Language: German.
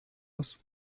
muss